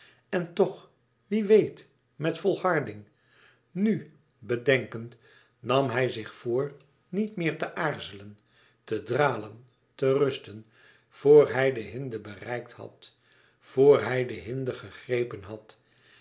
en toch wie weet met volharding nu bedenkend nam hij zich voor niet meer te aarzelen te dralen te rusten vor hij de hinde bereikt had voor hij de hinde gegrepen had